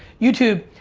youtube,